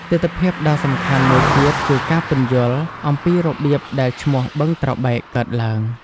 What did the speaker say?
ទិដ្ឋភាពដ៏សំខាន់មួយទៀតគឺការពន្យល់អំពីរបៀបដែលឈ្មោះ "បឹងត្របែក" កើតឡើង។